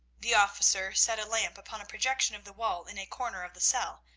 the officer set a lamp upon a projection of the wall in a corner of the cell,